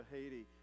Haiti